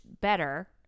better